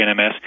NMS